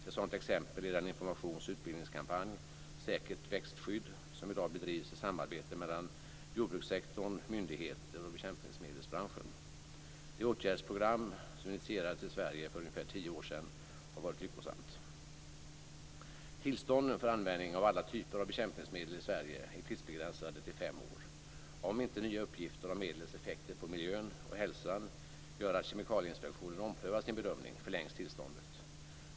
Ett sådant exempel är den informationsoch utbildningskampanj - Säkert Växtskydd - som i dag bedrivs i samarbete mellan jordbrukssektorn, myndigheter och bekämpningsmedelsbranschen. Det åtgärdsprogram som initierades i Sverige för ungefär tio år sedan har varit lyckosamt. Tillstånden för användning av alla typer av bekämpningsmedel i Sverige är tidsbegränsade till fem år. Om inte nya uppgifter om medlets effekter på miljön och hälsan gör att Kemikalieinspektionen omprövar sin bedömning förlängs tillståndet.